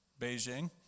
Beijing